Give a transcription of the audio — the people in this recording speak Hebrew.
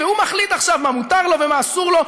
והוא מחליט עכשיו מה מותר לו ומה אסור לו.